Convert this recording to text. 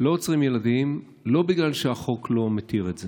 לא עוצרים ילדים לא בגלל שהחוק לא מתיר את זה,